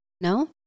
No